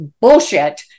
bullshit